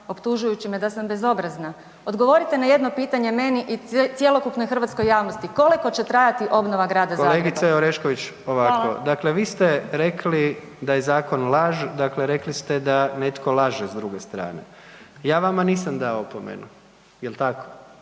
optužujući me da sam bezobrazna. Odgovorite na jedno pitanje meni i cjelokupnoj hrvatskoj javnosti, koliko će trajati obnova Grada Zagreba? **Jandroković, Gordan (HDZ)** Kolegice Orešković ovako, dakle vi ste rekli da je zakon laž, dakle rekli ste da netko laže s druge strane. Ja vama nisam dao opomenu, jel tako?